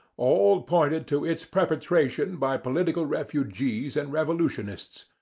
all pointed to its perpetration by political refugees and revolutionists.